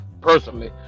personally